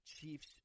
Chiefs